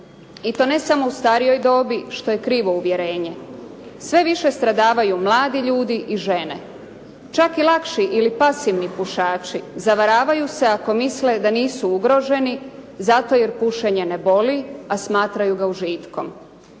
i to ne samo u starijoj dobi, što je krivo uvjerenje. Sve više stradavaju mladi ljudi i žene. Čak i lakši ili pasivni pušači zavaravaju se ako misle da nisu ugroženi zato jer pušenje ne boli, a smatraju ga užitkom.